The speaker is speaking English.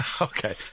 Okay